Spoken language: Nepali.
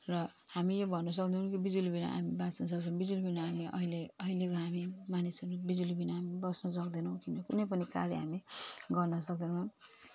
र हामी यो भन्नुसक्दैनौँ कि बिजुलीबिना हामी बाँच्न सक्छौँ बिजुली बिना हामी अहिले अहिलेको हामी मानिसहरू बिजुलीबिना हामी बस्न सक्दैनौँ किन कुनै पनि कार्य हामी गर्न सक्दैनौँ